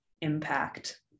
impact